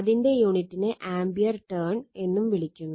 അതിന്റെ യൂണിറ്റിനെ ampere turn എന്ന് വിളിക്കുന്നു